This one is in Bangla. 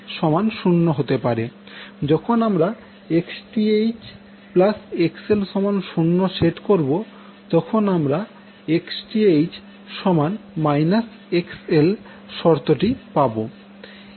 যখন আমরা Xth XL সমান 0 সেট করবো তখন আমরা Xth XL শর্তটি পাবো